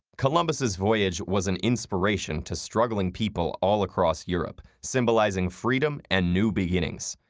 columbus's voyage was an inspiration to struggling people all across europe, symbolizing freedom and new beginnings.